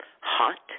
hot